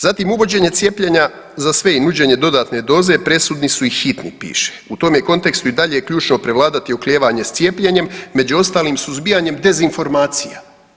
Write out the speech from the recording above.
Zatim uvođenje cijepljenja za sve i nuđenje dodatne doze presudni su i hitni piše u tome kontekstu i dalje je ključno prevladati oklijevanje s cijepljenjem, među ostalim suzbijanje dezinformacija.